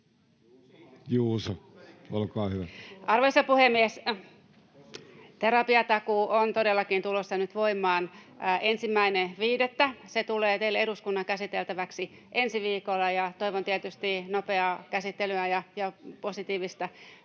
16:35 Content: Arvoisa puhemies! Terapiatakuu on todellakin tulossa nyt voimaan 1.5. Se tulee teille eduskunnan käsiteltäväksi ensi viikolla, ja toivon tietysti nopeaa käsittelyä ja positiivista mietintöä.